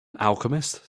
alchemist